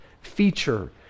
feature